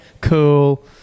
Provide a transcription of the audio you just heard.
Cool